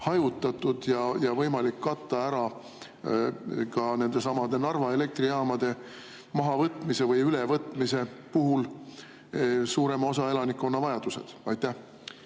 hajutatud ja oleks võimalik katta ära ka nendesamade Narva elektrijaamade mahavõtmise või ülevõtmise puhul suurem osa elanikkonna vajadusi. Aitäh!